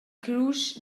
crusch